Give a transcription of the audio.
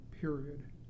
period